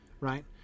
Right